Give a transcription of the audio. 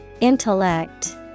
Intellect